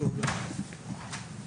(היו"ר אלון טל)